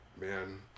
man